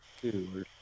two